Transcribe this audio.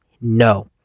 No